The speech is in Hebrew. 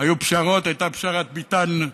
היו פשרות: הייתה פשרת ביטן,